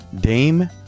Dame